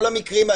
כל הדברים האלה,